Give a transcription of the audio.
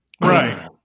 Right